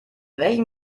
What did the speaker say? welchen